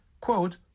quote